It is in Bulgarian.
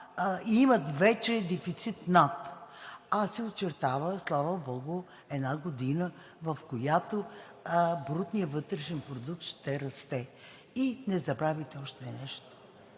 имат вече дефицит над, а се очертава, слава богу, една година, в която брутният вътрешен продукт ще расте. И не забравяйте още нещо: